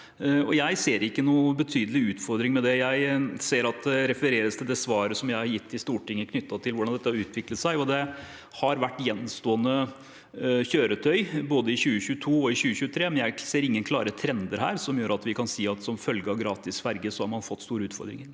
jeg ser ikke noen betydelig utfordring ved det. Jeg ser at det refereres til det svaret som jeg har gitt i Stortinget knyttet til hvordan dette har utviklet seg, og det har vært gjenstående kjøretøy, både i 2022 og i 2023, men jeg ser ingen klare trender her som gjør at vi kan si at som følge av gratis ferge, har man fått store utfordringer.